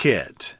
Kit